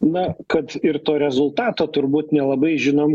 na kad ir to rezultato turbūt nelabai žinom